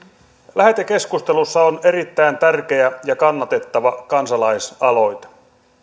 lähetekeskustelussa on erittäin tärkeä ja kannatettava kansalaisaloite